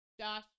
Josh